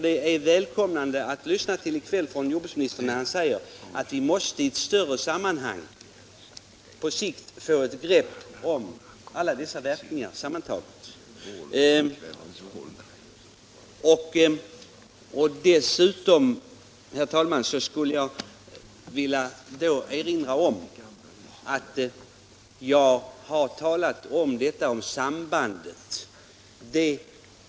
Det är välgörande att lyssna till det jordbruksministern säger i kväll — att vi på sikt måste få ett grepp, i större sammanhang, om alla dessa verkningar sammantagna. Dessutom, herr talman, skulle jag vilja erinra om att jag har talat om sambandet mellan användning av handelsgödsel och vattenföroreningar.